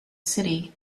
city